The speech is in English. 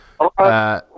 okay